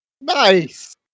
Nice